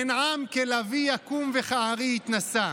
"הן עם כלביא יקום וכארי יתנשא".